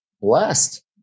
blessed